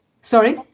sorry